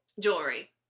Jewelry